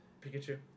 Pikachu